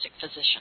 physician